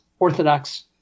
Orthodox